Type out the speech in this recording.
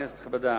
כנסת נכבדה,